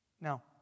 Now